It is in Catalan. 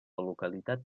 localitat